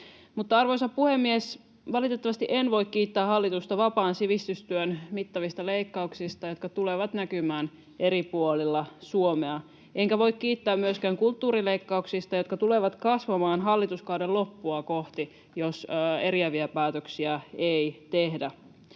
arvoisa puhemies, valitettavasti en voi kiittää hallitusta vapaan sivistystyön mittavista leikkauksista, jotka tulevat näkymään eri puolilla Suomea. Enkä voi kiittää myöskään kulttuurileikkauksista, jotka tulevat kasvamaan hallituskauden loppua kohti, jos eriäviä päätöksiä ei tehdä.